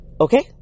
okay